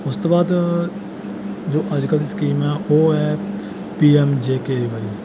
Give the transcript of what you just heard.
ਉਸ ਤੋਂ ਬਾਅਦ ਜੋ ਅੱਜ ਕੱਲ੍ਹ ਦੀ ਸਕੀਮ ਹੈ ਉਹ ਹੈ P M J K Y